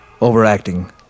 Overacting